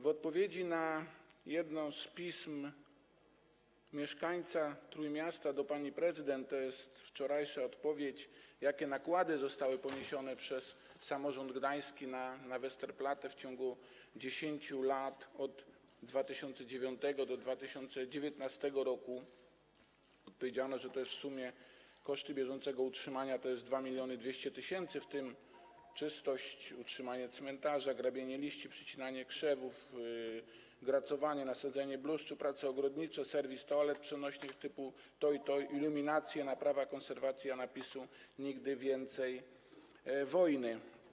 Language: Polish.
W odpowiedzi na jedno z pism mieszkańca Trójmiasta do pani prezydent - to jest wczorajsza odpowiedź - jakie nakłady zostały poniesione przez samorząd gdański na Westerplatte w ciągu 10 lat, od 2009 r. do 2019 r., odpowiedziano, że w sumie koszty bieżące utrzymania to 2200 tys. zł, w to wchodzi czystość, utrzymanie cmentarza, grabienie liści, przycinanie krzewów, gracowanie, nasadzanie bluszczu, prace ogrodnicze, serwis toalet przenośnych typu toi toi, iluminacje, naprawa, konserwacja napisu „Nigdy więcej wojny”